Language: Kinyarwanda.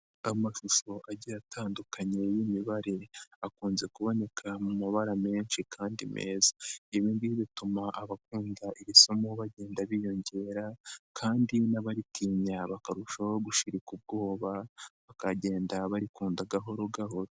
Amashusho agiye atandukanye y'imibaire, akunze kuboneka mu mabara menshi kandi meza, ibi bituma abakunda iri somo bagenda biyongera kandi n'abaritinya bakarushaho gushirika ubwoba, bakagenda barikunda gahoro gahoro.